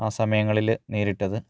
ആ സമയങ്ങളിൽ നേരിട്ടത്